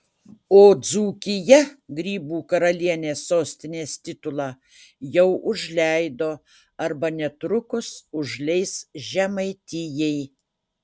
o dzūkija grybų karalienės sostinės titulą jau užleido arba netrukus užleis žemaitijai